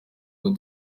ngo